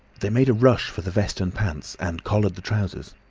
they made a rush for the vest and pants, and collared the trousers.